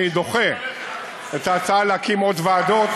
אני דוחה את ההצעה להקים עוד ועדות.